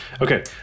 Okay